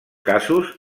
casos